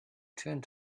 turned